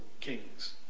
kings